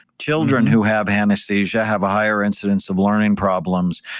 children who have anesthesia have a higher incidence of learning problems,